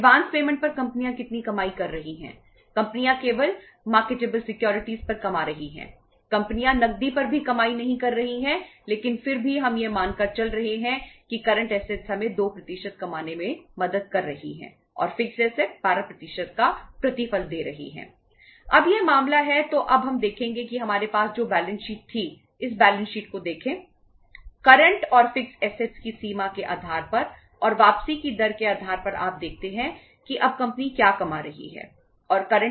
advance payment थी इस balance sheet को देखें